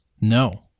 No